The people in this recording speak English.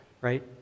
right